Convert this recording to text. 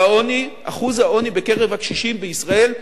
והעוני, אחוז העוני בקרב הקשישים בישראל,